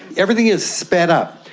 everything has sped up.